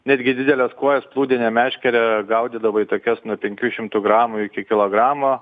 netgi didelės kojos plūdine meškere gaudydavai tokias nuo penkių šimtų gramų iki kilogramo